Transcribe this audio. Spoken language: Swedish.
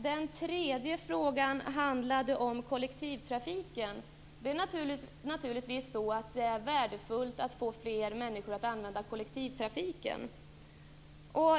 Den tredje frågan handlade om kollektivtrafiken. Det är naturligtvis värdefullt att få fler människor att använda kollektivtrafik.